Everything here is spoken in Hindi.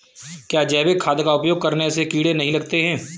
क्या जैविक खाद का उपयोग करने से कीड़े नहीं लगते हैं?